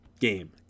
Game